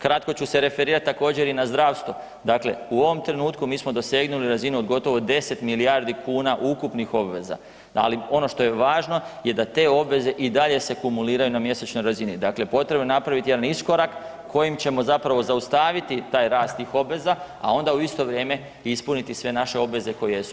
Kratko ću se referirati također i na zdravstvo, dakle u ovom trenutku mi smo dosegnuli razinu od gotovo 10 milijardi kuna ukupnih obveza, ali ono što je važno da te obveze i dalje se kumuliraju na mjesečnoj razini, dakle potrebno je napraviti jedan iskorak kojim ćemo zaustaviti taj rast tih obveza, a onda u isto vrijeme i ispuniti sve naše obveze koje jesu.